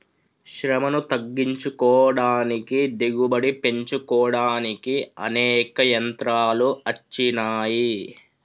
శ్రమను తగ్గించుకోడానికి దిగుబడి పెంచుకోడానికి అనేక యంత్రాలు అచ్చినాయి